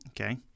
Okay